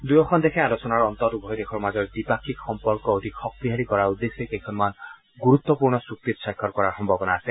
দুয়োখন দেশে আলোচনাৰ অন্তত উভয় দেশৰ মাজৰ দ্বিপাক্ষিক সম্পৰ্ক অধিক শক্তিশালী কৰাৰ উদ্দেশ্যে কেইখনমান গুৰুত্পূৰ্ণ চূক্তিত স্বাক্ষৰ কৰাৰ সম্ভৱনা আছে